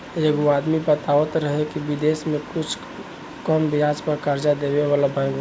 एगो आदमी बतावत रहे की बिदेश में कुछ कम ब्याज पर कर्जा देबे वाला बैंक बा